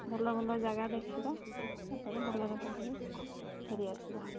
ଭଲ ଭଲ ଜାଗା ଦେଖିବା ତା'ପରେ ଭଲରେ ଭଲରେ ଫେରିଆସିବା